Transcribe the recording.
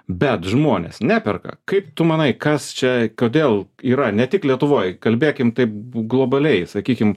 bet žmonės neperka kaip tu manai kas čia kodėl yra ne tik lietuvoj kalbėkim taip globaliai sakykim